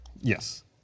Yes